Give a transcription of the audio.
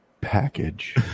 Package